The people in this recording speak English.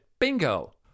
Bingo